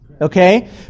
Okay